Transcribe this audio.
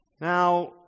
Now